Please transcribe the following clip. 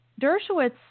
Dershowitz